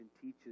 teaches